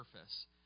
surface